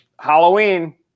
Halloween